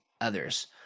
others